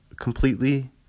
completely